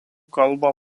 kalbą